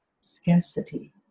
scarcity